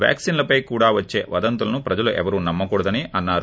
వ్యాక్సిన్లపై కూడా వచ్చే వదంతులను ప్రజలు ఎవరూ నమ్మకూడదని అన్నారు